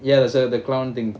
ya there's uh the clown thing